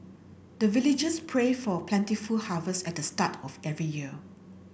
the villagers pray for plentiful harvest at the start of every year